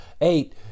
eight